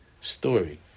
story